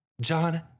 John